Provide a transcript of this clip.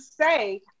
say